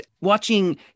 watching